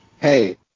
Hey